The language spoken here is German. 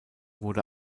wurde